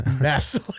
mess